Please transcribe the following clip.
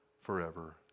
forever